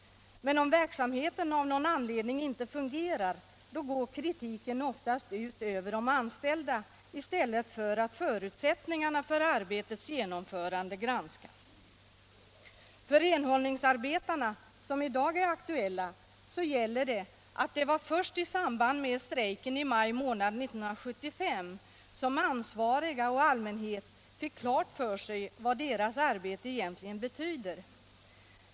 Men om verksamheten av någon anledning inte fungerar, går kritiken oftast ut över de anställda i stället för att förutsättningarna för arbetets genomförande granskas. För renhållningsarbetarna, som i dag är aktuella, gäller att det var först i samband med strejken i maj månad 1975 som ansvariga och allmänhet fick klart för sig vad deras arbete egentligen betyder.